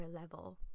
level